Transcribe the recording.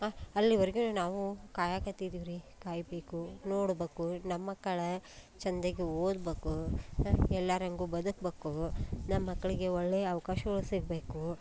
ಅಲ್ಲಿವರೆಗೂ ನಾವು ಕಾಯಕತ್ತಿದೀವಿ ರೀ ಕಾಯಬೇಕು ನೋಡ್ಬೇಕು ನಮ್ಮ ಮಕ್ಕಳೆ ಚಂದಾಗಿ ಓದಬೇಕು ಎಲ್ಲರ್ ಹಂಗೂ ಬದುಕಬೇಕು ನಮ್ಮ ಮಕ್ಕಳಿಗೆ ಒಳ್ಳೆಯ ಅವಕಾಶಗಳು ಸಿಗಬೇಕು